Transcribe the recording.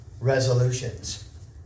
resolutions